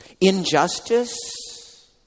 Injustice